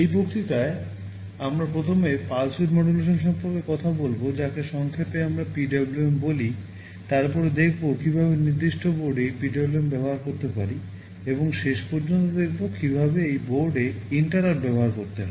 এই বক্তৃতায় আমরা প্রথমে পালস উইধ মডুলেশান ব্যবহার করতে হয়